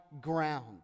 ground